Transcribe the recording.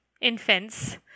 infants